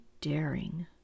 daring